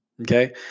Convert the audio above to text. Okay